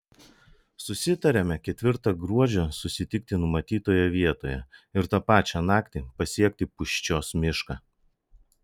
susitariame ketvirtą gruodžio susitikti numatytoje vietoje ir tą pačią naktį pasiekti pūščios mišką